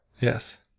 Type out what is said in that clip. Yes